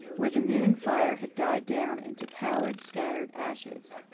where the noon fire had died down into pallid, scattered ashes.